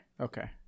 Okay